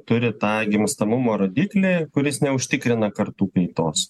turi tą gimstamumo rodiklį kuris neužtikrina kartų kaitos